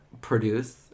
produce